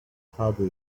harder